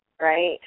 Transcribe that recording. Right